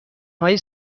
های